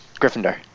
Gryffindor